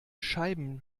scheiben